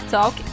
Talk